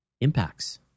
impacts